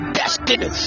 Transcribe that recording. destiny